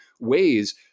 ways